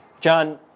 John